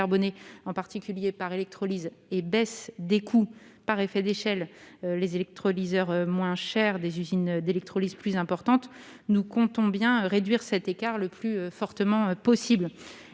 en particulier par électrolyse, et à la baisse des coûts par effet d'échelle, grâce à des électrolyseurs moins chers et à des usines d'électrolyse plus importantes, nous comptons bien réduire cet écart le plus fortement possible.